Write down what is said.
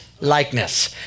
likeness